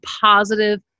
positive